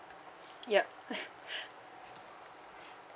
yup